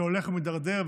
שהולך ומידרדר,